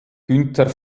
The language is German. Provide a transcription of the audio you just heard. günter